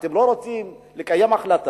אתם לא רוצים לקיים החלטה,